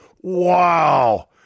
Wow